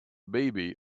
baby